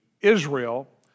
Israel